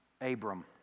Abram